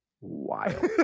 wild